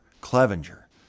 Clevenger